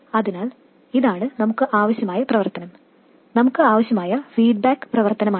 അതിനാൽ ഇതാണ് നമുക്ക് ആവശ്യമായ പ്രവർത്തനം നമുക്ക് ആവശ്യമായ ഫീഡ്ബാക്ക് പ്രവർത്തനമാണിത്